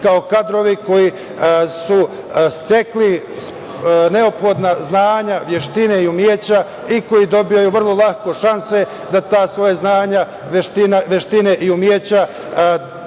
kao kadrovi koji su stekli neophodna znanja, veštine i umeća i koji dobijaju vrlo lako šanse da ta svoja znanja, veštine i umeća pokažu